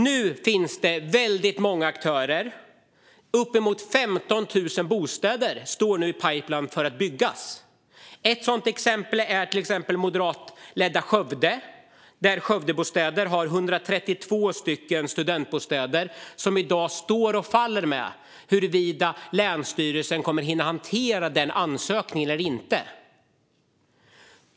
Nu finns det väldigt många aktörer. Uppemot 15 000 bostäder ligger nu i pipeline för att byggas. Ett exempel finns i moderatledda Skövde, där Skövdebostäder planerar 132 studentbostäder som i dag står och faller med huruvida länsstyrelsen kommer att hinna hantera den ansökan eller inte.